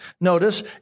notice